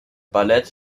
ballett